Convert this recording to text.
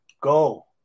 go